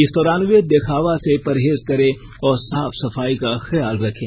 इस दौरान वे दिखावा से परहेज करें और साफ सफाई का ख्याल रखें